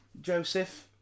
Joseph